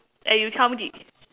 and you tell me de~